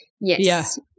Yes